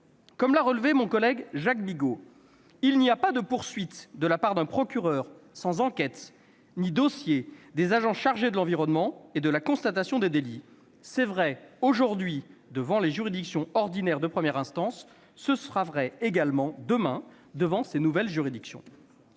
Comme l'a relevé mon collègue Jacques Bigot, « il n'y a pas de poursuites de la part d'un procureur sans enquête ni dossier des agents chargés de l'environnement et de la constatation des délits. C'est vrai, aujourd'hui, devant les juridictions ordinaires de première instance. Ce sera vrai également, demain, devant ces nouvelles juridictions